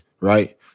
right